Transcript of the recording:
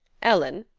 ellen,